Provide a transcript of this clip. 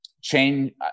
change